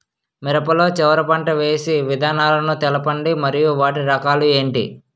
మిరప లో చివర పంట వేసి విధానాలను తెలపండి మరియు వాటి రకాలు ఏంటి